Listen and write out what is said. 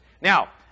Now